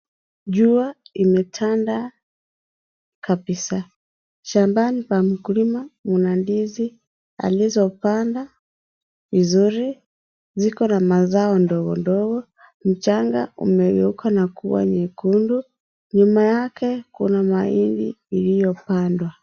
Jua imetanda kabisa. Shambani pa mkulima kuna ndizi alizopanda vizuri. Ziko na mazao ndogondogo. Mchanga umegeuka na kuwa nyekundu. Nyuma yake kuna mahindi iliyopandwa.